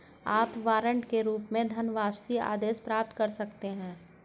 आप वारंट के रूप में धनवापसी आदेश प्राप्त कर सकते हैं